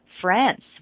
France